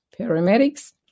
paramedics